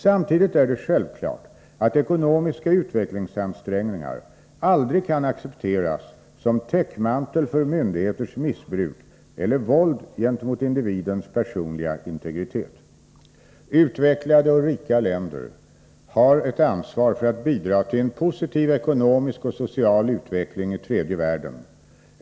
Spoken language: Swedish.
Samtidigt är det självklart att ekonomiska utvecklingsansträngningar aldrig kan accepteras som täckmantel för myndigheters missbruk eller våld gentemot individens personliga integritet. Utvecklade och rika länder har ett ansvar för att bidra till en positiv ekonomisk och social utveckling i tredje världen.